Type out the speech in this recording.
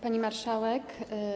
Pani Marszałek!